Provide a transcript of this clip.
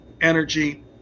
energy